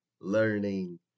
learning